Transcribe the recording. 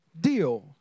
deal